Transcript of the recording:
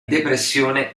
depressione